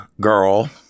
girl